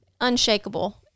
unshakable